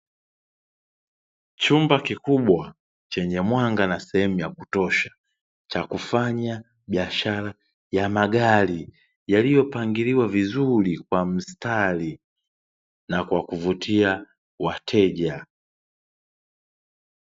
Chumba kikubwa chenye mwanga na sehemu ya kutosha, cha kufanya biashara ya magari, yaliyopangiliwa vizuri kwa mstari na kwa kuvutia wateja.